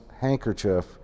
handkerchief